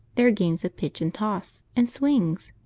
there are games of pitch and toss, and swings,